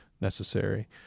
necessary